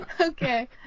Okay